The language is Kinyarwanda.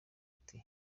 ati